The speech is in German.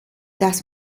das